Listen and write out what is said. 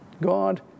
God